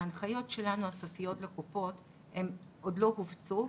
ההנחיות שלנו הסופיות לקופות עוד לא הופצו,